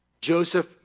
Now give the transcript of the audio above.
Joseph